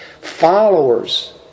followers